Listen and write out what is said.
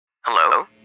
Hello